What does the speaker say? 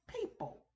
people